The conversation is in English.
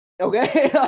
Okay